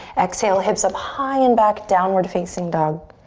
exhale, hips up high and back, downward facing dog.